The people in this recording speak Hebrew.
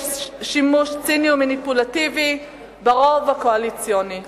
שימוש ציני ומניפולטיבי ברוב הקואליציוני.